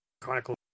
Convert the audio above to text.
Chronicle